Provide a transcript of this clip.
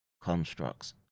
constructs